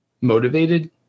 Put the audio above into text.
motivated